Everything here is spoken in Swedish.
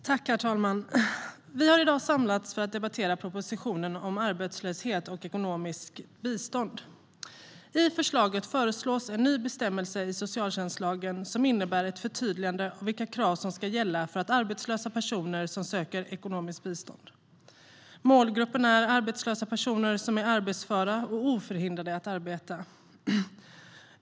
Herr talman! Vi har i dag samlats för att debattera propositionen om arbetslöshet och ekonomiskt bistånd. I propositionen föreslås en ny bestämmelse i socialtjänstlagen som innebär ett förtydligande av vilka krav som ska gälla för arbetslösa personer som söker ekonomiskt bistånd. Målgruppen är arbetslösa personer som är arbetsföra och oförhindrade att arbeta.